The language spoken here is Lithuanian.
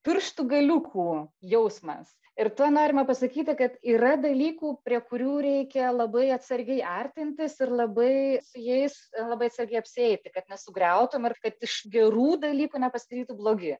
pirštų galiukų jausmas ir tuo norima pasakyti kad yra dalykų prie kurių reikia labai atsargiai artintis ir labai jais labai atsargiai apsieiti kad nesugriautum ar kad iš gerų dalykų nepasidarytų blogi